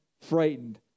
frightened